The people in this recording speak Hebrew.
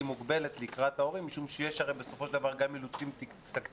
מוגבלת לקראת ההורים משום שבסופו של דבר יש הרי גם אילוצים תקציביים